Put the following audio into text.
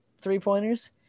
three-pointers